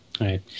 Right